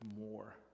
more